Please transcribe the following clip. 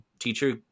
teacher